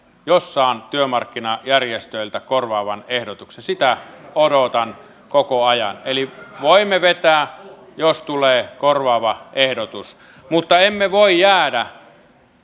jos saan työmarkkinajärjestöiltä korvaavan ehdotuksen sitä odotan koko ajan eli voimme vetää jos tulee korvaava ehdotus mutta emme voi jäädä